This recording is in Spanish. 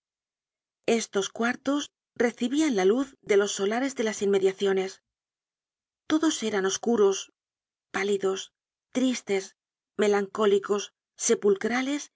estos cuartos recibian la luz de los solares de las inmediaciones todos eran oscuros pálidos tristes melancólicos sepulcrales